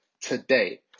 today